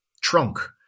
trunk